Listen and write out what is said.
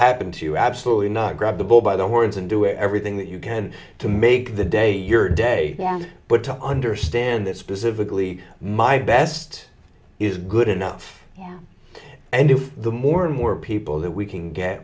happen to you absolutely not grab the bull by the words and do everything that you can to make the day your day but to understand that specifically my best is good enough and if the more and more people that we can get